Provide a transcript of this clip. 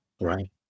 Right